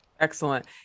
excellent